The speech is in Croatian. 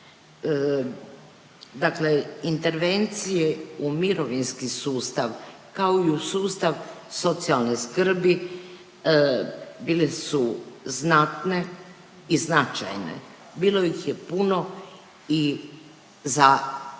Dakle, intervencije u mirovinski sustav kao i u sustav socijalne skrbi bile su znatne i značajne. Bilo ih je puno i za veliki